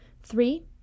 Three